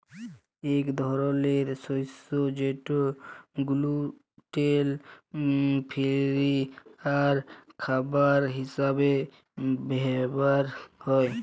ইক ধরলের শস্য যেট গ্লুটেল ফিরি আর খাবার হিসাবে ব্যাভার হ্যয়